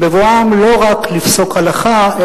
בבואם לא רק לפסוק הלכה,